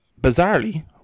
bizarrely